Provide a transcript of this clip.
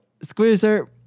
Squeezer